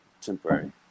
temporary